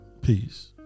Peace